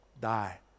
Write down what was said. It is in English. die